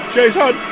Jason